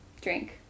drink